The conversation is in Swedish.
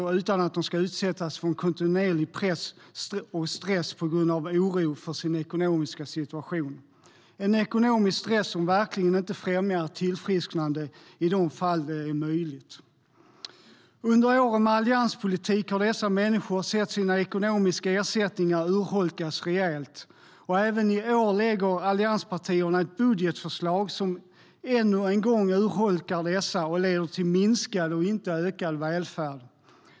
De ska inte utsättas för kontinuerlig press och stress på grund av oro för sin ekonomiska situation - ekonomisk stress som verkligen inte främjar ett tillfrisknande i de fall det är möjligt. Under åren med allianspolitik har dessa människor sett sina ekonomiska ersättningar urholkas rejält. Även i år lägger allianspartierna fram ett budgetförslag som ännu en gång urholkar dessa och leder till minskad och inte ökad välfärd.